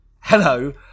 hello